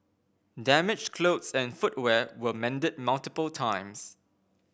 damaged clothes and footwear were mended multiple times